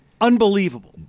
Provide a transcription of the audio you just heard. Unbelievable